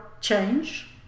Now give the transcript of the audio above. change